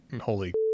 holy